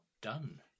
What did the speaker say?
done